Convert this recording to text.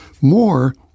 More